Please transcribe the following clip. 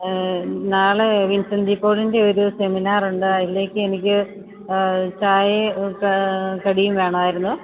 അ നാളെ Vincent De പോളിൻ്റെ ഒരു സെമിനാറുണ്ട് അതിലേക്ക് എനിക്ക് ചായയും കടിയും വേണമായിരുന്നു